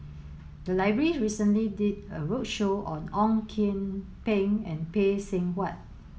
the library recently did a roadshow on Ong Kian Peng and Phay Seng Whatt